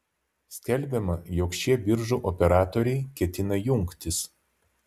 skelbiama jog šie biržų operatoriai ketina jungtis